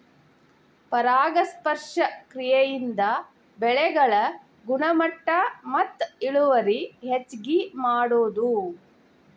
ಪರಾಗಸ್ಪರ್ಶ ಕ್ರಿಯೆಯಿಂದ ಬೆಳೆಗಳ ಗುಣಮಟ್ಟ ಮತ್ತ ಇಳುವರಿ ಹೆಚಗಿ ಮಾಡುದು